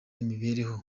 imibereho